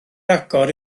agor